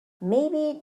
maybe